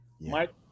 Mike